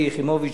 שלי יחימוביץ,